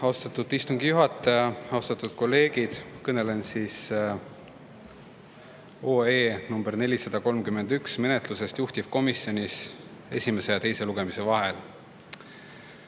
Austatud istungi juhataja! Austatud kolleegid! Kõnelen OE nr 431 menetlusest juhtivkomisjonis esimese ja teise lugemise vahel.